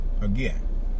Again